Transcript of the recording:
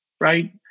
right